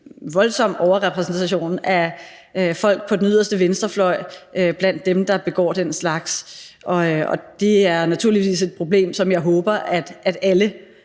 voldsom overrepræsentation af folk på den yderste venstrefløj blandt dem, der begår den slags. Det er naturligvis et problem, som jeg håber at alle